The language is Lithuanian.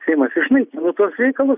seimas išnaikino tuos reikalus